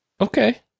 Okay